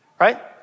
right